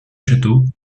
château